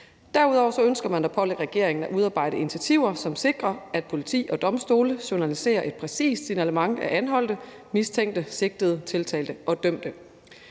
Derudover ønsker man at pålægge regeringen at udarbejde initiativer, som sikrer, at politi og domstole journaliserer et præcist signalement af anholdte, mistænkte, sigtede, tiltalte og dømte.